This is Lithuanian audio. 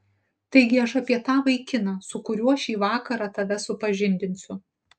taigi aš apie tą vaikiną su kuriuo šį vakarą tave supažindinsiu